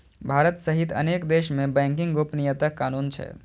भारत सहित अनेक देश मे बैंकिंग गोपनीयता कानून छै